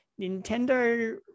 Nintendo